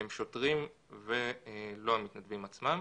הם שוטרים ולא המתנדבים עצמם.